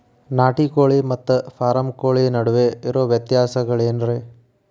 ನಾಟಿ ಕೋಳಿ ಮತ್ತ ಫಾರಂ ಕೋಳಿ ನಡುವೆ ಇರೋ ವ್ಯತ್ಯಾಸಗಳೇನರೇ?